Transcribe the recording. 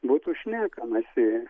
būtų šnekamasi